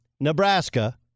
Nebraska